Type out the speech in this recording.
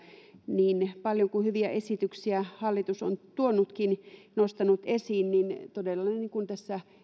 niin paljon hyviä esityksiä kuin hallitus on tuonutkin nostanut esiin niin todella niin kuin tässä